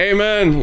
Amen